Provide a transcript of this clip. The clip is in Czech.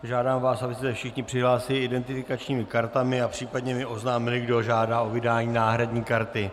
Žádám vás, abyste se všichni přihlásili identifikačními kartami a případně mi oznámili, kdo žádá o vydání náhradní karty.